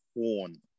horn